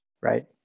Right